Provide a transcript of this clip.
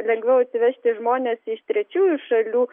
lengviau atsivežti žmones iš trečiųjų šalių